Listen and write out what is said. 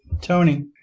Tony